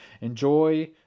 Enjoy